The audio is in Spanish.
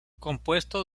compuesto